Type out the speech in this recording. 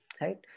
right